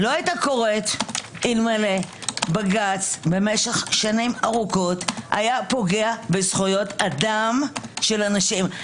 לא הייתה קורית אלמלא בג"ץ שנים ארוכות היה פוגע בזכויות אדם של אנשים.